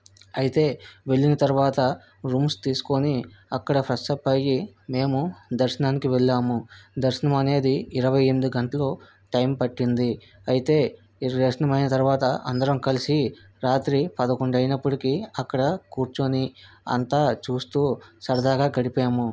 అయితే వెళ్ళిన తర్వాత రూమ్స్ తీసుకోని అక్కడ ఫ్రెష్ అప్ అయ్యి మేము దర్శనానికి వెళ్ళాము దర్శనం అనేది ఇరవై ఎనిమిది గంటలు టైం పట్టింది అయితే ఈ దర్శనం అయిన తర్వాత అందరం కలిసి రాత్రి పదకొండయినప్పటికీ అక్కడ కూర్చోని అంతా చూస్తూ సరదాగా గడిపాము